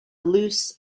loose